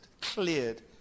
cleared